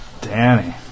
Danny